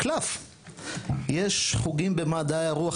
יש חוגים במדעי הרוח,